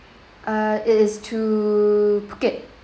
uh is it to phuket